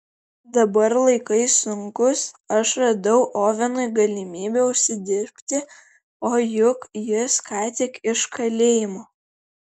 dabar laikai sunkūs aš radau ovenui galimybę užsidirbti o juk jis ką tik iš kalėjimo